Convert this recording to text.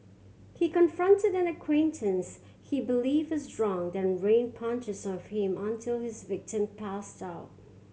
he confronted an acquaintance he believed is drunk then rained punches on him until his victim passed out